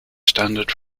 standard